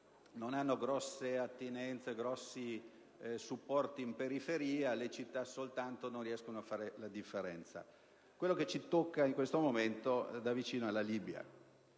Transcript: non hanno grossi supporti in periferia, mentre le città da sole non riescono a fare la differenza. Quello che ci tocca in questo momento da vicino è la Libia.